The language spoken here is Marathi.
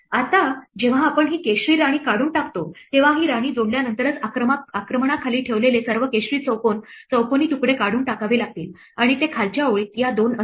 आता जेव्हा आपण ही केशरी राणी काढून टाकतो तेव्हा ही राणी जोडल्यानंतरच आक्रमणाखाली ठेवलेले सर्व केशरी चौकोनी तुकडे काढून टाकावे लागतील आणि ते खालच्या ओळीत या दोन असतील